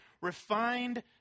refined